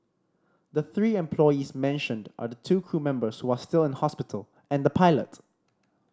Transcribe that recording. the three employees mentioned are the two crew members who are still in hospital and the pilot